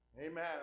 Amen